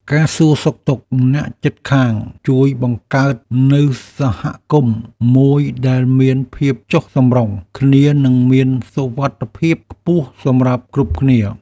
ការសួរសុខទុក្ខអ្នកជិតខាងជួយបង្កើតនូវសហគមន៍មួយដែលមានភាពចុះសម្រុងគ្នានិងមានសុវត្ថិភាពខ្ពស់សម្រាប់គ្រប់គ្នា។